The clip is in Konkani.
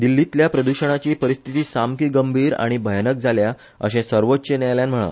दिल्लींतल्या प्रद्षणाची परिस्थीती सामकी गंभीर आनी भयानक जाल्या अशें सर्वोच्च न्यायालयान म्हणला